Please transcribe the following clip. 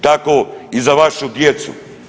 Tako i za vašu djecu.